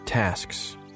tasks